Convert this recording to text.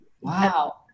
wow